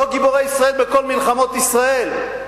לא גיבורי ישראל בכל מלחמות ישראל?